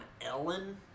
Ellen